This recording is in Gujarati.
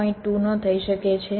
2 નો થઈ શકે છે